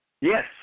Yes